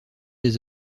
les